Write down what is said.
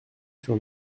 sur